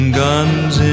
guns